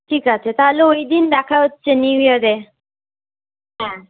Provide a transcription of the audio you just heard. ঠিক আছে তাহলে ওইদিন দেখা হচ্ছে নিউ ইয়ারে হ্যাঁ